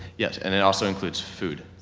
yes. and it also includes food